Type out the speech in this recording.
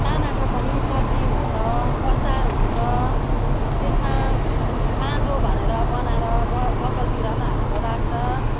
तामाको पनि सब्जी हुन्छ अचार हुन्छ त्यसमा साझो भनेर बनाएर ब बतलतिर पनि हालेर राख्छ